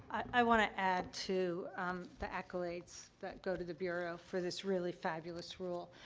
i want to add to, um, the accolades that go to the bureau for this really fabulous rule.